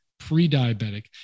pre-diabetic